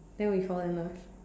then we will fall in love